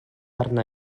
arna